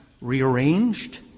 rearranged